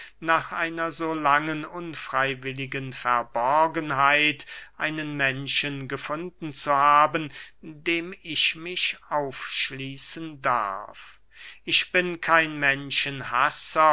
nach einer so langen unfreywilligen verborgenheit einen menschen gefunden zu haben dem ich mich aufschließen darf ich bin kein menschenhasser